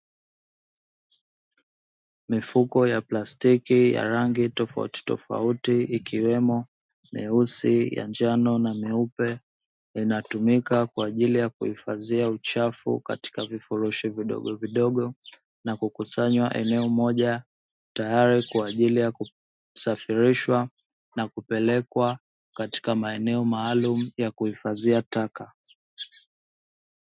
Mifuko ya plastiki ya rangi tofauti, ikiwemo nyeusi, ya njano, na myeupe, inatumika kwa ajili ya kuhifadhia uchafu katika vifurushi vidogo vidogo na kukusanywa eneo moja, tayari kwa ajili ya kusafirishwa na kupelekwa katika maeneo maalum ya kuhifadhia taka.